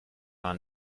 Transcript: gar